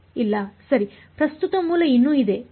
ಇಲ್ಲ ಸರಿ ಪ್ರಸ್ತುತ ಮೂಲ ಇನ್ನೂ ಇದೆ ಸರಿ